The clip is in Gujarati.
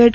એડ